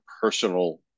personal